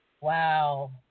Wow